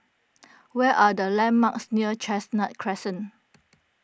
what are the landmarks near Chestnut Crescent